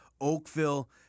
Oakville